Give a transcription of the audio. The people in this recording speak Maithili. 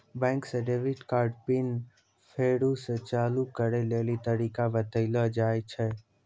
बैंके से डेबिट कार्ड पिन फेरु से चालू करै लेली तरीका बतैलो जाय छै